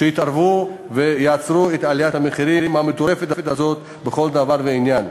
יתערבו ויעצרו את עליית המחירים המטורפת הזאת בכל דבר ועניין.